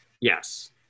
Yes